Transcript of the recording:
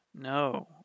No